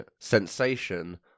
sensation